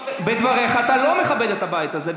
בדבריך אתה לא מכבד את הבית הזה.